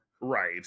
right